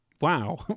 wow